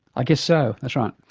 i guess so, that's right.